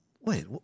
Wait